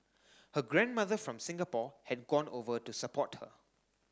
her grandmother from Singapore had gone over to support her